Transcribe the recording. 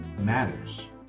matters